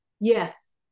Yes